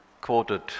quoted